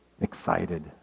excited